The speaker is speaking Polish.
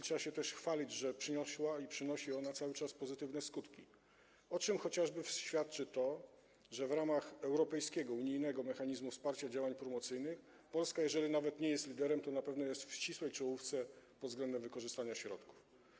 Trzeba się też chwalić tym, że przynosiła i przynosi cały czas pozytywne skutki, o czym chociażby świadczy to, że w ramach europejskiego, unijnego mechanizmu wsparcia działań promocyjnych Polska, jeżeli nawet nie jest liderem, to na pewno jest w ścisłej czołówce pod względem wykorzystania środków.